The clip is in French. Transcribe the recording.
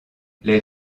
les